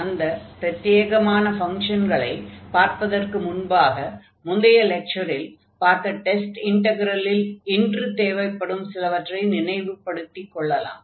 அந்தப் பிரத்யேகமான ஃபங்ஷன்களை வரையறுப்பதற்கு முன்பாக முந்தைய லெக்சரில் பார்த்த டெஸ்ட் இன்டக்ரல்களில் இன்று தேவைப்படும் சிலவற்றை நினைவுபடுத்திக் கொள்வோம்